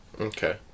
Okay